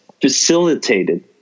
facilitated